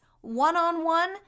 one-on-one